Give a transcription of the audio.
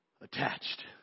attached